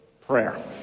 prayer